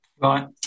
Right